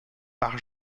par